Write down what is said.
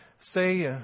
Say